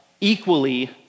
equally